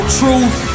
truth